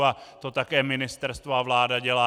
A to také ministerstvo a vláda dělá.